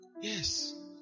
Yes